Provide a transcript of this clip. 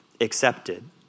accepted